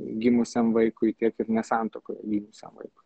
gimusiam vaikui tiek ir ne santuokoje gimusiam vaikui